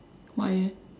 why eh